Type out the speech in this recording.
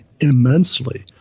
immensely